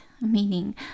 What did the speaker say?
meaning